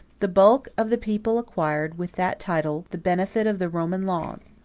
the bulk of the people acquired, with that title, the benefit of the roman laws,